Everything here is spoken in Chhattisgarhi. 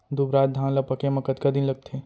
दुबराज धान ला पके मा कतका दिन लगथे?